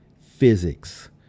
physics